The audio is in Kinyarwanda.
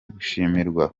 gushimirwa